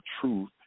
truth